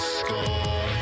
score